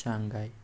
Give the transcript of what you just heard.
Shanghai